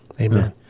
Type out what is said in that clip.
Amen